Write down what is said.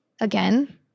again